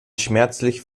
schmerzlich